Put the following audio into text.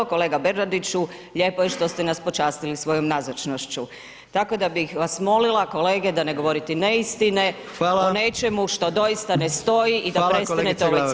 Kolega Bernardiću lijepo je što ste nas počastili svojom nazočnošću, tako da bih vas molima kolege da ne govorite neistine o nečemu što doista ne stoji da prestanete raditi cirkus.